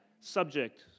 subject